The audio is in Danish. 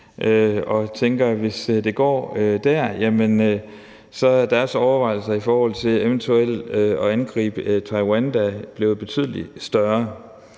og tænker, at hvis det går der, så er deres overvejelser i forhold til eventuelt at angribe Taiwan da blevet betydelig større.